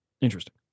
Interesting